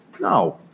No